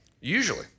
Usually